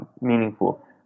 meaningful